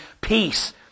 peace